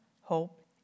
hope